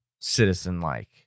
citizen-like